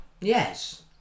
Yes